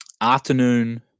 Afternoon